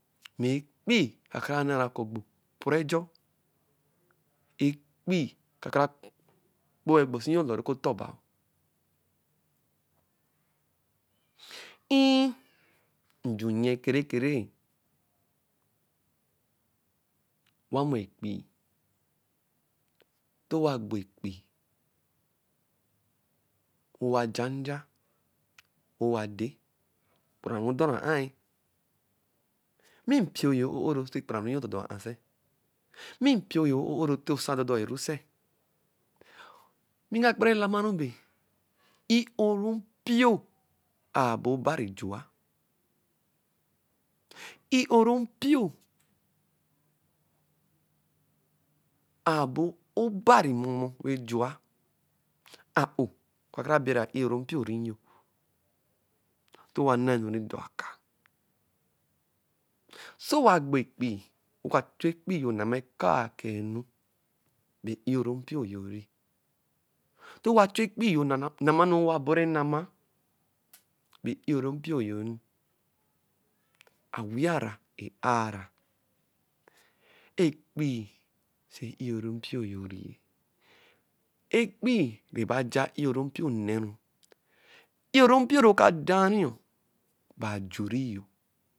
Mɛ ekpii kakara na kɔ gbo epɔrɔ ejɔ. Ekpii kakara kpo-e ɔgbɔsi yo lɔrɔ oku ɔtɔ baa. I-i. nju nyɛ ekere ekere-e. Owamɔ ekpii, ntɔ owa ekpii, wɛ owa ja nja, wɛ owa dɛ, okpararu dɔra a-e. Mɛ mpio yo e-o-oro sɛ okpararu yo dɔdɔ-a sɛ? Mɛ mpio yo e-o-oro ɔtɔ ɔsa dɔdɔiru sɛ? Ni nga kpara elama ru bɛ i-o-ro mpio a-ɔbɔ oban jua. I-o-ro mpio a-ɔbɔ oban mɔmɔ wɛ jua. A-o ɔka kara bɛra i-o-ro mpio ri nyo. Ntɔ owa na enu rɛ dɔ akaa, sɛ owa gbo ekpii, wɛ ɔka chu ekpii yo nãmã aka-a enu, bɛ i-o-ro mpio yo-eri. Ntɔ owa chu ekpii yo nama enu nɛɛ owa bɔru e-nama, bɛ i-o-ro mpio yo ri. Awiara, e-ara, ekpii sẹ i-o-ro mpio yo ri-ɛ. Ekpii naba ja i-o-ro mpio neeru. I-o-ro mpio nɛ ɔka da riɔ bẹ ajuri-e.